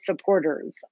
supporters